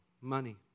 Money